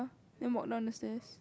then walk down the stairs